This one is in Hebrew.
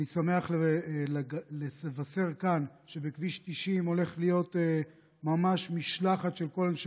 אני שמח לבשר כאן שבכביש 90 הולכת להיות ממש משלחת של כל אנשי